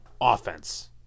offense